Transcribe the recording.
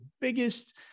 biggest